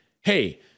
Hey